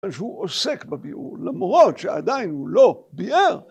בגלל שהוא עוסק בביעור, למרות שעדיין הוא לא ביער.